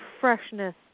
freshness